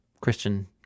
Christian